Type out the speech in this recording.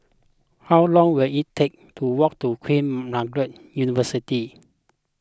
how long will it take to walk to Queen Margaret University